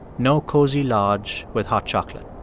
no cozy lodge with hot chocolate.